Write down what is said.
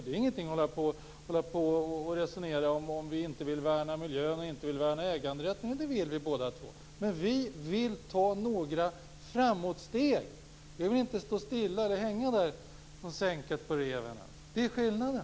Det är ingen idé att resonera om huruvida vi inte vill värna miljön och äganderätten. Det vill vi båda två. Men vi vill ta några steg framåt. Vi vill inte stå stilla eller hänga där som sänket på reven. Det är skillnaden.